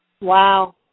Wow